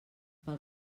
pel